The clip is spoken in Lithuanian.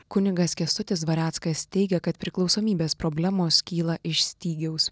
kunigas kęstutis dvareckas teigia kad priklausomybės problemos kyla iš stygiaus